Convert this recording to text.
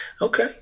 okay